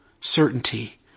certainty